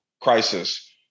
crisis